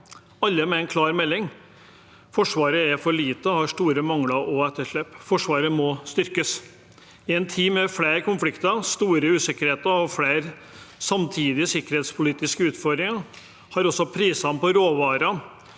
alle med en klar melding: Forsvaret er for lite og har store mangler og etterslep. Forsvaret må styrkes. I en tid med flere konflikter, store usikkerheter og flere samtidige sikkerhetspolitiske utfordringer har også prisene på råvarer